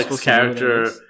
character